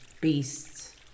beasts